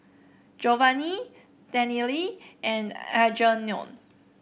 Jovany Daniele and Algernon